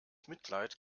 mitleid